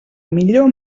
millor